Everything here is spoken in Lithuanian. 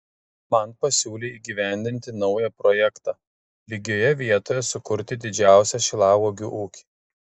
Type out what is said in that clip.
man pasiūlė įgyvendinti naują projektą lygioje vietoje sukurti didžiausią šilauogių ūkį